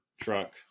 truck